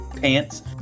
pants